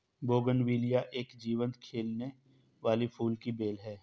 bougainvillea एक जीवंत खिलने वाली फूल की बेल है